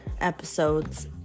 episodes